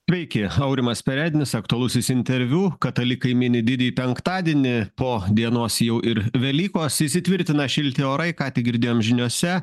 sveiki aurimas perednis aktualusis interviu katalikai mini didįjį penktadienį po dienos jau ir velykos įsitvirtina šilti orai ką tik girdėjom žiniose